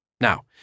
Now